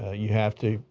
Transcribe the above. ah you have to,